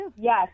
Yes